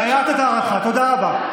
תודה רבה לך.